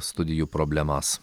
studijų problemas